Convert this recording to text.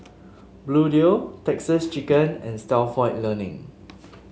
Bluedio Texas Chicken and Stalford Learning